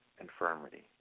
infirmity